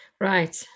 right